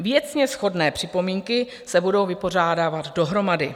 Věcně shodné připomínky se budou vypořádávat dohromady.